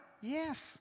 Yes